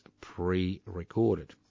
pre-recorded